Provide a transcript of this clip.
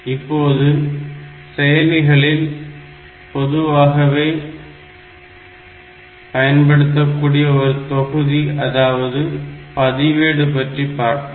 இப்போது செயலிகளில் பொதுவாகவே பயன்படுத்தக்கூடிய ஒரு தொகுதி அதாவது பதிவேடு பற்றி பார்ப்போம்